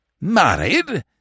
Married